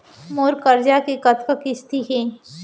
मोर करजा के कतका किस्ती हे?